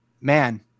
man